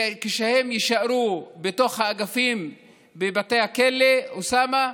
כשהם יישארו בתוך האגפים בבתי הכלא, אוסאמה,